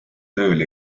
tööl